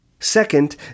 Second